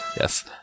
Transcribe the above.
Yes